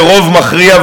ברוב מכריע,